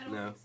no